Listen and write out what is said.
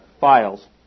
files